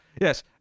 yes